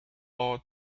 all